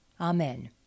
Amen